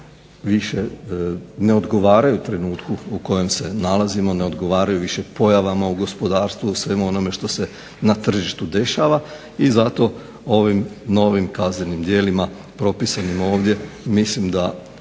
više ne odgovaraju trenutku u kojem se nalazimo, ne odgovaraju više pojavama u gospodarstvu, svemu onome što se na tržištu dešava i zato ovim novim kaznenim djelima propisanim ovdje mislim da